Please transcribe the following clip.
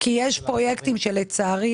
כי יש פרויקטים שלצערי,